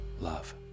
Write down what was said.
love